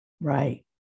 Right